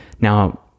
Now